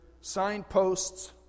Signposts